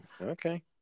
Okay